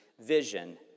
vision